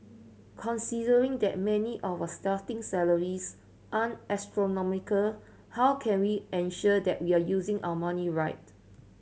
considering that many of our starting salaries aren't astronomical how can we ensure that we are using our money right